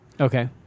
Okay